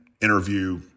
interview